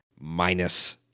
minus